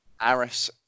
Aris